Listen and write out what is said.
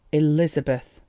elizabeth,